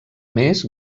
més